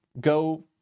go